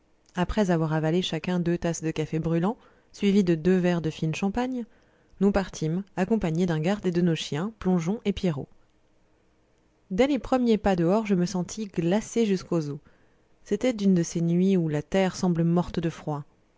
après avoir avalé chacun deux tasses de café brûlant suivies de deux verres de fine champagne nous partîmes accompagnés d'un garde et de nos chiens plongeon et pierrot dès les premiers pas dehors je me sentis glacé jusqu'aux os c'était une de ces nuits où la terre semble morte de froid